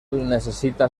necessita